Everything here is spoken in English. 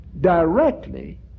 directly